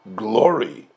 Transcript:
glory